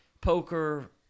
poker